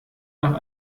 nach